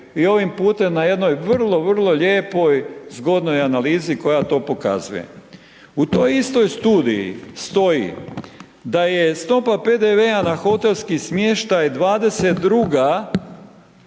i ovim putem na jednoj vrlo, vrlo lijepoj zgodnoj analizi koja to pokazuje. U toj istoj studiji stoji da je stopa PDV-a na hotelski smještaj